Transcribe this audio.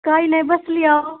काही नाही बसले आहे